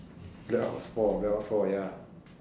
black ops four black ops four ya